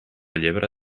llebre